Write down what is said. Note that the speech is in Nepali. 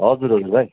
हजुर हजुर भाइ